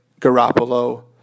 Garoppolo